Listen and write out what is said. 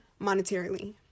monetarily